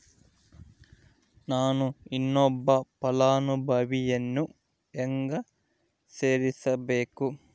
ನಾನು ಇನ್ನೊಬ್ಬ ಫಲಾನುಭವಿಯನ್ನು ಹೆಂಗ ಸೇರಿಸಬೇಕು?